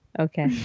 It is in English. Okay